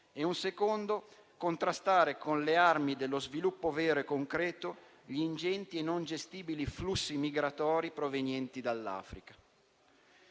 e il secondo è contrastare con le armi dello sviluppo vero e concreto gli ingenti e non gestibili flussi migratori provenienti dall'Africa.